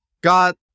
got